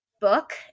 book